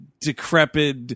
decrepit